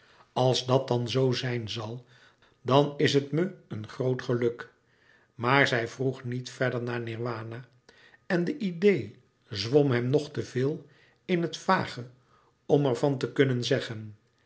als dat dan zoo zijn zal dan is het me een groot geluk maar zij vroeg niet verder naar nirwana en de idee zwom hem nog te veel in het vage om er van te kunnen zeggen